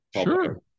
Sure